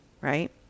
right